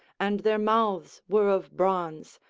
and their mouths were of bronze,